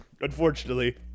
unfortunately